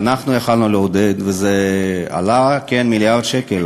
ואנחנו יכולנו לעודד, וזה עלה, כן, מיליארד שקל.